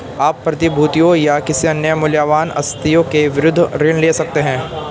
आप प्रतिभूतियों या किसी अन्य मूल्यवान आस्तियों के विरुद्ध ऋण ले सकते हैं